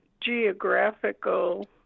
geographical